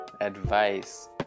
advice